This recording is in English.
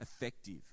effective